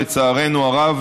לצערנו הרב,